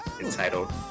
entitled